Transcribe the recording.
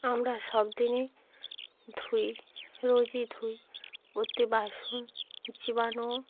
আমরা সব দিনই ধুই রোজই ধুই ওতে বাসুন জীবাণু